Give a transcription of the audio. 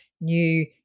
new